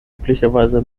üblicherweise